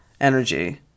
energy